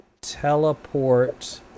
teleport